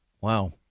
Wow